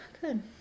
Good